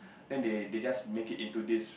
then they they just make it into this